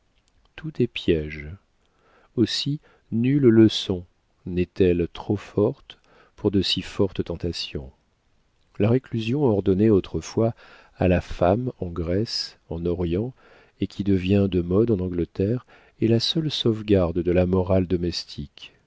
tout est piége aussi nulle leçon n'est-elle trop forte pour de si fortes tentations la réclusion ordonnée autrefois à la femme en grèce en orient et qui devient de mode en angleterre est la seule sauvegarde de la morale domestique